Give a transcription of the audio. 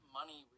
money